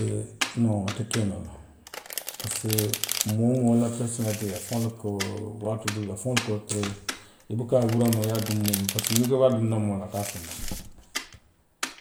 Euh noŋ wo te kee noo la parisiko moo woo moo la perisonaalitee afaŋo le ka wo, waatoo doo afaŋo le ka wo i buka a wuraŋ noo i ye a duŋ moo bulu parisiko niŋ i ko i be a dunna moo la sanba la